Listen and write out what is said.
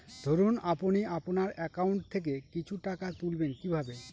ধরুন আপনি আপনার একাউন্ট থেকে কিছু টাকা তুলবেন কিভাবে?